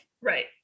Right